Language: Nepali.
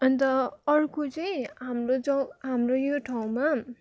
अन्त अर्को चाहिँ हाम्रो गाउँ हाम्रो यो ठाउँमा